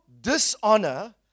dishonor